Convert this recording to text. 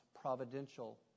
providential